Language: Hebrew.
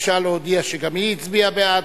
ביקשה להודיע שגם היא הצביעה בעד.